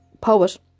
poet